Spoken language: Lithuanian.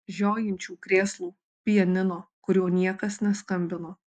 žiojinčių krėslų pianino kuriuo niekas neskambino